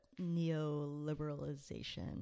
neoliberalization